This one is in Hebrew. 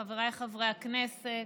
חבריי חברי הכנסת,